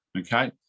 Okay